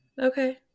Okay